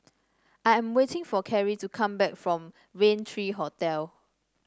I am waiting for Carri to come back from Rain three Hotel